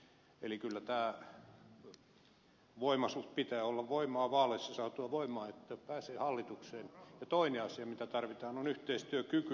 eli kyllä pitää olla voimaa vaaleissa saatua voimaa että pääsee hallitukseen ja toinen asia mitä tarvitaan on yhteistyökyky